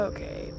Okay